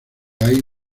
hay